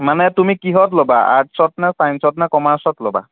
মানে তুমি কিহত ল'বা আৰ্টছত নে ছাইন্সত নে কমাৰ্চত ল'বা